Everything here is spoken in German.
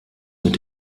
mit